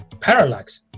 parallax